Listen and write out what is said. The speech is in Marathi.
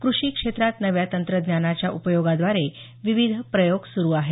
कृषी क्षेत्रात नव्या तंत्रज्ञानाच्या उपयोगाद्वारे विविध प्रयोग सुरू आहेत